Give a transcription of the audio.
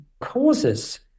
causes